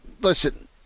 Listen